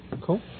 Cool